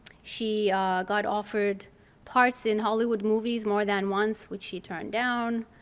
she got offered parts in hollywood movies more than once, which she turned down.